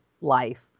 life